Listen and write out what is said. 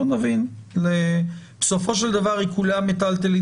בואו נבין בסופו של דבר עיקולי המיטלטלין,